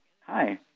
Hi